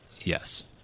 Yes